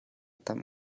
tam